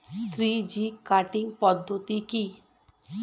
Three G cutting পদ্ধতি কি?